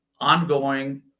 ongoing